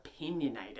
opinionated